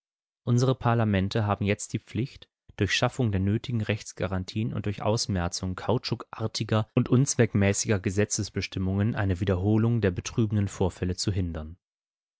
unsere parlamente haben jetzt die pflicht durch schaffung der nötigen rechtsgarantien und durch ausmerzung kautschukartiger und unzweckmäßiger gesetzesbestimmungen eine wiederholung der betrübenden vorfälle zu hindern